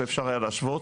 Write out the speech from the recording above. ואפשר היה להשוות.